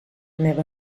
never